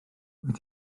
wyt